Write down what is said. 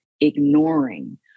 ignoring